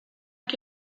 que